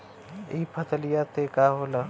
ई फसलिया से का होला?